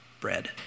bread